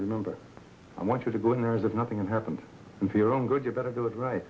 remember i want you to go in there as if nothing happened and for your own good you better do it right